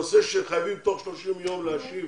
שחייבים תוך 30 ימים להשיב